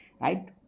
right